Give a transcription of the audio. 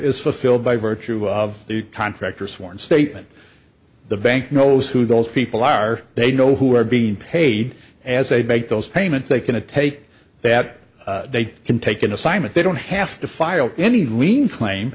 is fulfilled by virtue of the contract or sworn statement the bank knows who those people are they know who are being paid as they make those payments they can to take that they can take an assignment they don't have to file any lien cla